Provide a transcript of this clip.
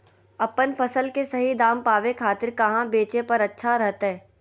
अपन फसल के सही दाम पावे खातिर कहां बेचे पर अच्छा रहतय?